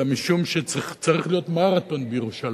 אלא משום שצריך להיות מרתון בירושלים,